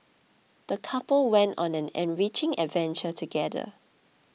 the couple went on an enriching adventure together